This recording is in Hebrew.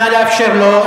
נא לאפשר לו.